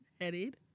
headed